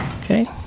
Okay